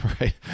right